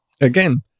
Again